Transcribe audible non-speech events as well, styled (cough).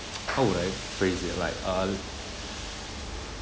(noise) how would I phrase it like uh let